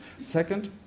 Second